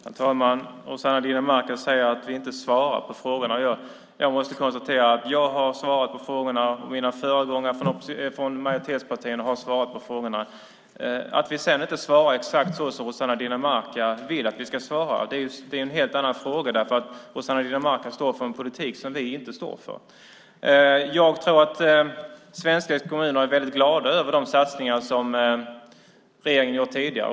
Herr talman! Rossana Dinamarca säger att vi inte svarar på frågorna. Jag måste konstatera att jag har svarat på frågorna, och övriga företrädare för majoritetspartierna har svarat på frågorna. Att vi sedan inte svarar exakt så som Rossana Dinamarca vill att vi ska svara är en helt annan fråga, för Rossana Dinamarca står för en politik som vi inte står för. Jag tror att svenska kommuner är väldigt glada över de satsningar som regeringen har gjort tidigare.